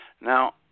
Now